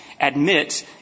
admits